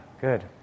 good